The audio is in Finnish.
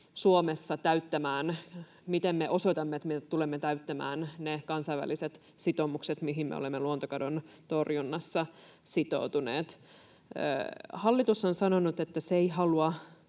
asiassa työkalu, millä me osoitamme, että me tulemme Suomessa täyttämään ne kansainväliset sitoumukset, mihin me olemme luontokadon torjunnassa sitoutuneet. Hallitus on sanonut, että se ei halua